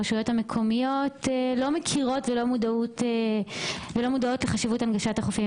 הרשויות המקומיות לא מכירות ולא מודעות לחשיבות הנגשת החופים.